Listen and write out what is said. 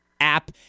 app